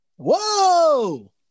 Whoa